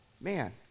man